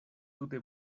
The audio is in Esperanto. tute